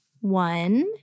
one